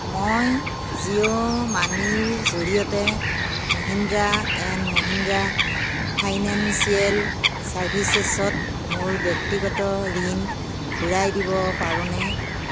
মই জিঅ' মানিৰ জৰিয়তে মহিন্দ্ৰা এণ্ড মহিন্দ্ৰা ফাইনেন্সিয়েল চাৰ্ভিচেছত মোৰ ব্যক্তিগত ঋণ ঘূৰাই দিব পাৰোনে